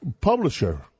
publisher